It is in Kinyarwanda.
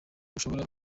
ushobora